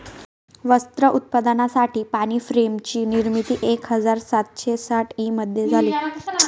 वस्त्र उत्पादनासाठी पाणी फ्रेम ची निर्मिती एक हजार सातशे साठ ई मध्ये झाली